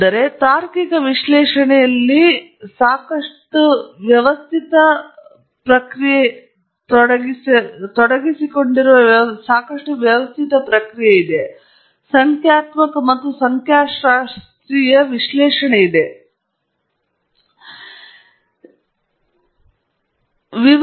ಆದ್ದರಿಂದ ತಾರ್ಕಿಕ ವಿಶ್ಲೇಷಣೆಯಲ್ಲಿ ತೊಡಗಿಸಿಕೊಂಡಿರುವ ಸಾಕಷ್ಟು ವ್ಯವಸ್ಥಿತ ಸಂಖ್ಯಾತ್ಮಕ ಮತ್ತು ಸಂಖ್ಯಾಶಾಸ್ತ್ರೀಯ ವಿಶ್ಲೇಷಣೆ ಇದೆ ಮತ್ತು ಇದು ಒಂದು ಮಾದರಿಯನ್ನು ನಿರ್ಮಿಸುವಂತಹ ಮತ್ತು ಹೀಗೆ ಮಾಡುವಂತಹ ದೊಡ್ಡ ವಿಶ್ಲೇಷಣೆಯ ಭಾಗವಾಗಿರಬಹುದು